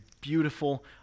beautiful